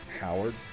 Howard